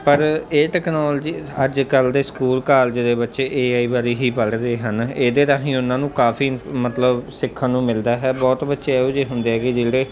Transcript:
ਪਰ ਇਹ ਟੈਕਨੋਲਜੀਜ ਅੱਜ ਕੱਲ੍ਹ ਦੇ ਸਕੂਲ ਕਾਲਜ ਦੇ ਬੱਚੇ ਏ ਆਈ ਬਾਰੇ ਹੀ ਪੜ੍ਹ ਰਹੇ ਹਨ ਇਹਦੇ ਰਾਹੀਂ ਉਹਨਾਂ ਨੂੰ ਕਾਫ਼ੀ ਮਤਲਬ ਸਿੱਖਣ ਨੂੰ ਮਿਲਦਾ ਹੈ ਬਹੁਤ ਬੱਚੇ ਇਹੋ ਜਿਹੇ ਹੁੰਦੇ ਹੈਗੇ ਜਿਹੜੇ